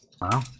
wow